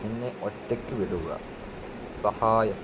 എന്നെ ഒറ്റക്ക് വിടുക സഹായം